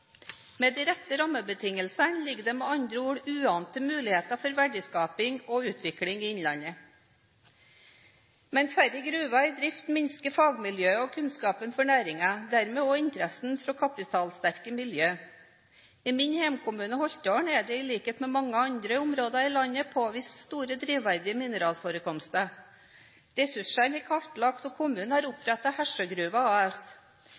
Med de rette rammebetingelsene ligger det med andre ord uante muligheter for verdiskaping og utvikling i innlandet. Med færre gruver i drift minsker fagmiljøet i og kunnskapen om næringen og dermed også interessen fra kapitalsterke miljøer. I min hjemkommune Holtålen er det i likhet med i mange andre områder i landet påvist store drivverdige mineralforekomster. Ressursene er kartlagt, og kommunen har opprettet Hessjøgruva AS.